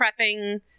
prepping